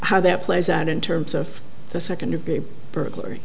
how that plays out in terms of the second degree burglary